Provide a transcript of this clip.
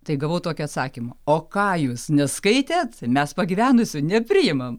tai gavau tokį atsakymą o ką jūs neskaitėt mes pagyvenusių nepriimam